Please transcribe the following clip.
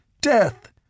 Death